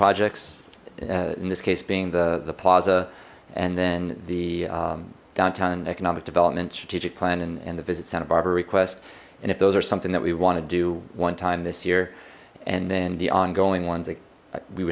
projects in this case being the the plaza and then the downtown and economic development strategic plan and the visit santa barbara request and if those are something that we want to do one time this year and then the ongoing ones that we